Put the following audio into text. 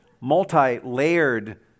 multi-layered